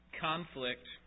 conflict